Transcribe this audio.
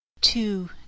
Two